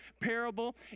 parable